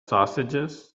sausages